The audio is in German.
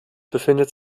befindet